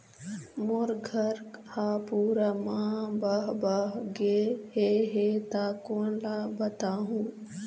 मोर घर हा पूरा मा बह बह गे हे हे ता कोन ला बताहुं?